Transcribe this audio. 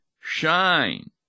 shine